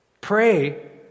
pray